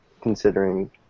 considering